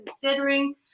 considering